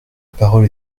parole